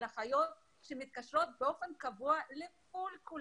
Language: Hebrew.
של אחיות שמתקשרות באופן קבוע לכולם,